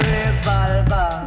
Revolver